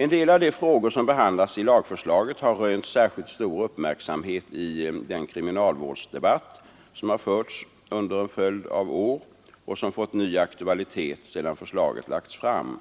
En del av de frågor som behandlas i lagförslaget har rönt särskilt stor uppmärksamhet i den kriminalvårdsdebatt som har förts under en följd av år och som fått ny aktualitet sedan förslaget lagts fram.